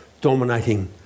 dominating